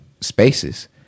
spaces